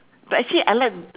but actually I like